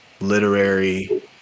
literary